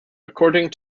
according